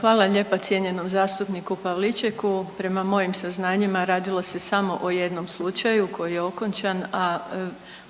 Hvala lijepa cijenjenom zastupniku Pavličeku. Prema mojim saznanjima radilo se samo o jednom slučaju koji je okončan, a